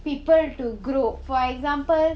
people to grow for example